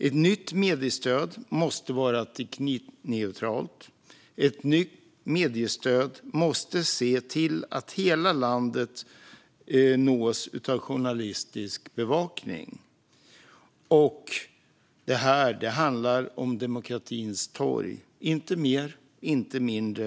Ett nytt mediestöd måste vara teknikneutralt. Ett nytt mediestöd måste se till att hela landet nås av journalistisk bevakning. Detta handlar om demokratins torg - inte mer, inte mindre.